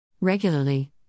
Regularly